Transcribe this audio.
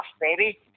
baby